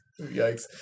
Yikes